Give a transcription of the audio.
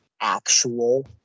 Actual